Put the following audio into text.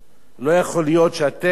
לא תהיו גם כן ערוץ,